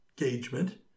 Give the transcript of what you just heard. engagement